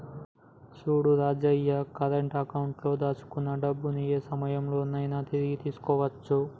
చూడు Rajavva current account లో దాచుకున్న డబ్బుని ఏ సమయంలో నైనా తిరిగి తీసుకోవచ్చు